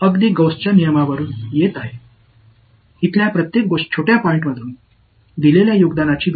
ஆமாம் காஸின்Gauss's விதி மூலம் கண்டுபிடிக்கலாம் இங்குள்ள ஒவ்வொரு சிறிய புள்ளியிலிருந்தும் பங்களிப்பைக் கூட்டவும்